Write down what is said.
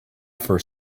for